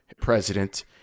president